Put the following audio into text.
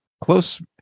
close